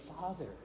Father